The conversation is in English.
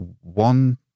one